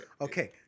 Okay